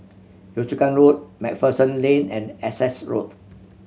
Yio Chu Kang Road Macpherson Lane and Essex Road